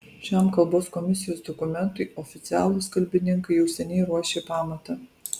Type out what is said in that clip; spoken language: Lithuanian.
šiam kalbos komisijos dokumentui oficialūs kalbininkai jau seniai ruošė pamatą